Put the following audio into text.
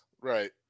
Right